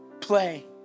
play